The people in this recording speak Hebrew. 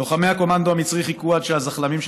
לוחמי הקומנדו המצרי חיכו עד שהזחל"מים של